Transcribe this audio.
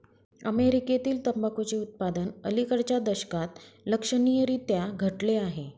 अमेरीकेतील तंबाखूचे उत्पादन अलिकडच्या दशकात लक्षणीयरीत्या घटले आहे